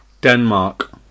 Denmark